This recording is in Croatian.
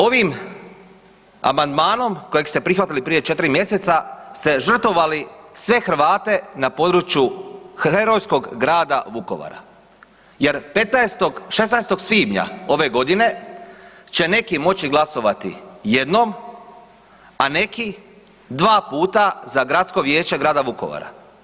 Ovim amandmanom kojeg ste prihvatili prije 4 mjeseca ste žrtvovali sve Hrvate na području herojskog grada Vukovara, jer 16. svibnja ove godine će neki moći glasovati jednom, a neki dva puta za Gradsko vijeće grada Vukovara.